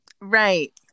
Right